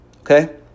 Okay